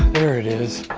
there it is.